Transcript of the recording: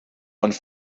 een